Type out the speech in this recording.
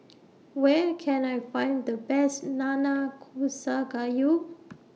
Where Can I Find The Best Nanakusa Gayu